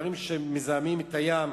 זה לא השר לאיכות הסביבה?